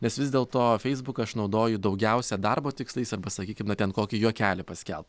nes vis dėlto facebook aš naudoju daugiausia darbo tikslais arba sakykim na ten kokį juokelį paskelbt